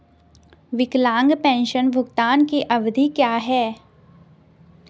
विकलांग पेंशन भुगतान की अवधि क्या है?